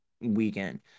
weekend